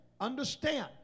understand